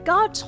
God